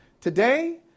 Today